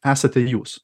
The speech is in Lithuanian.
esate jūs